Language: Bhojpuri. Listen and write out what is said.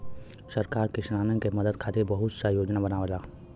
सरकार किसानन के मदद खातिर बहुत सा योजना बनावेला